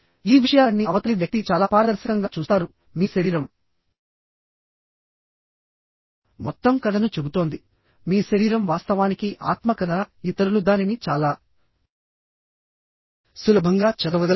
ఈ విషయాలన్నీ అవతలి వ్యక్తి చాలా పారదర్శకంగా చూస్తారు మీ శరీరం మొత్తం కథను చెబుతోంది మీ శరీరం వాస్తవానికి ఆత్మకథ ఇతరులు దానిని చాలా సులభంగా చదవగలరు